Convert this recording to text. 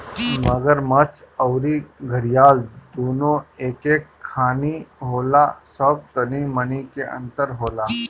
मगरमच्छ अउरी घड़ियाल दूनो एके खानी होला बस तनी मनी के अंतर होला